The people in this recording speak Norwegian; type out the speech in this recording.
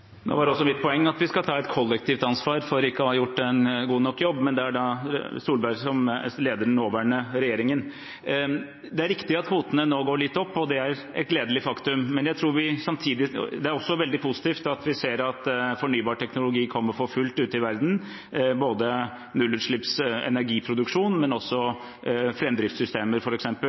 Nå var også mitt poeng at vi skal ta et kollektivt ansvar for ikke å ha gjort en god nok jobb, men det er Erna Solberg som leder den nåværende regjeringen. Det er riktig at kvotene nå går litt opp, og det er et gledelig faktum. Det er også veldig positivt at vi ser at fornybarteknologi kommer for fullt ute i verden, både